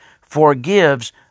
forgives